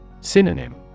Synonym